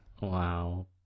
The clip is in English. Wow